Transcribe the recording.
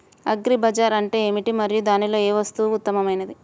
Agri bazaar అంటే ఏమిటి మరియు దానిలో ఏ వస్తువు ఉత్తమమైనది?